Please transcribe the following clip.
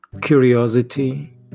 Curiosity